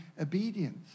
obedience